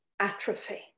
Atrophy